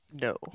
No